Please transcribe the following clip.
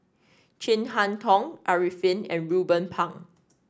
Chin Harn Tong Arifin and Ruben Pang